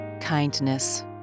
kindness